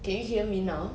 can you hear me now